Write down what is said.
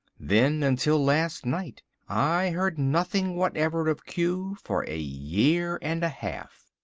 then until last night i heard nothing whatever of q for a year and a half.